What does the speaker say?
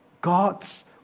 God's